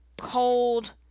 cold